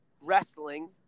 wrestling